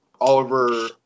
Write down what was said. Oliver